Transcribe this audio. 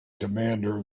commander